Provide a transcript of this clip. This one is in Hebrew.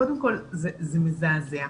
קודם כל זה מזעזע,